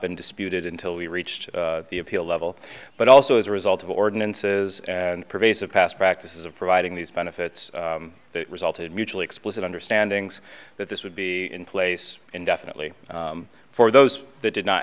been disputed until we reached the appeal level but also as a result of ordinances and pervasive past practices of providing these benefits that resulted mutually explicit understanding's that this would be in place indefinitely for those that did not